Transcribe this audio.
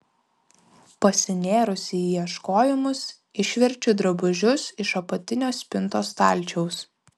pasinėrusi į ieškojimus išverčiu drabužius iš apatinio spintos stalčiaus